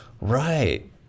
Right